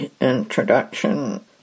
introduction